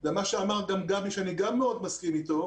גם מה שאמר גבי שאני מאוד מסכים איתו,